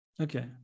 Okay